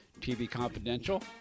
tvconfidential